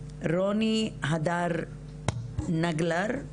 רוני הדר, בבקשה.